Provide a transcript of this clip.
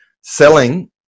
selling